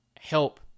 help